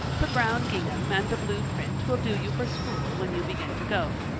the brown gingham and the blue print will do you for school when you begin to go.